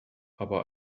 aber